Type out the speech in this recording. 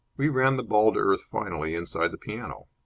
we ran the ball to earth finally inside the piano.